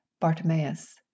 Bartimaeus